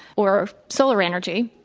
or solar energy.